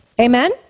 amen